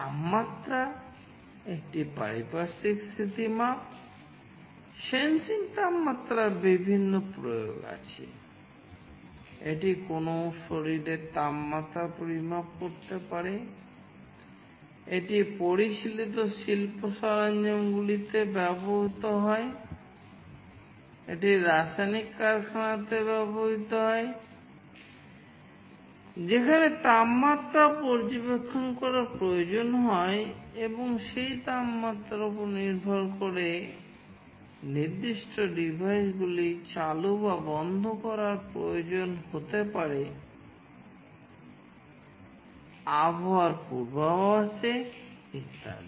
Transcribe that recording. তাপমাত্রা একটি পারিপার্শ্বিক স্থিতিমাপ সেন্সিংগুলি চালু বা বন্ধ করার প্রয়োজন হতে পারে আবহাওয়ার পূর্বাভাসে ইত্যাদি